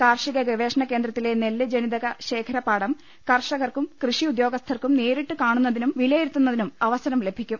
കാർഷിക ഗവേഷണ കേന്ദ്രത്തിലെ നെല്ല് ജനിതക ശേഖര പാടം കർഷകർക്കും കൃഷി ഉദ്യോഗസ്ഥർക്കും നേരിട്ട് കാണു ന്നതിനും വിലയിരുത്തുന്നതിനും അവസരം ലഭിക്കും